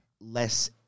less